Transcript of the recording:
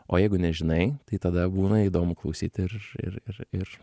o jeigu nežinai tai tada būna įdomu klausyt ir ir ir ir